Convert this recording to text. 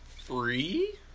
free